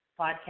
podcast